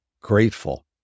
grateful